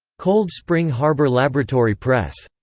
cold spring harbor laboratory press.